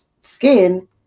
skin